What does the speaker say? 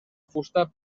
fusta